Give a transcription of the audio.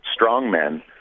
strongmen